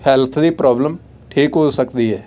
health ਦੀ problem ਠੀਕ ਹੋ ਸਕਦੀ ਹੈ